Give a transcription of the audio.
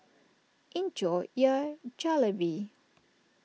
enjoy your Jalebi